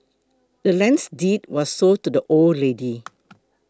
the land's deed was sold to the old lady